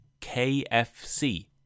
KFC